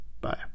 Bye